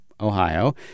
Ohio